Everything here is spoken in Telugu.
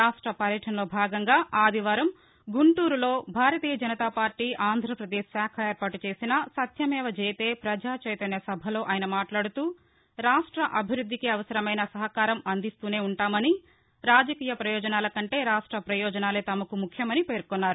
రాష్ట పర్యటనలో భాగంగా ఆదివారం గుంటూరులో భారతీయ జనతాపార్టీ ఆంధ్రాప్రదేశ్ శాఖ ఏర్పాటు చేసిన సత్యమేవ జయతే ప్రజా చైతన్య సభలో ఆయన మాట్లాడుతూ రాష్ట అభివృద్దికి అవసరమైన సహకారం అందిస్తూనే ఉంటామని రాజకీయ ప్రయోజనాలకంటే రాష్ట ప్రయోజనాలే తమకు ముఖ్యమని పేర్కొన్నారు